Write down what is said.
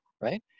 right